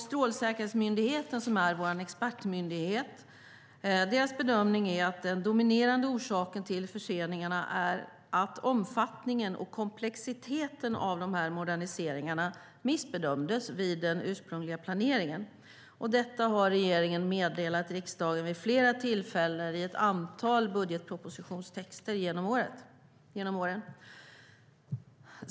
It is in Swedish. Strålsäkerhetsmyndigheten, som är vår expertmyndighet, gör bedömningen att den dominerande orsaken till förseningarna är att omfattningen och komplexiteten av moderniseringarna missbedömdes vid den ursprungliga planeringen. Detta har regeringen meddelat riksdagen vid flera tillfällen i ett antal budgetpropositionstexter genom åren.